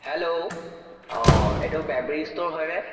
hello অঁ এইটো bakery store হয় নে